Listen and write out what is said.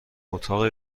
اتاق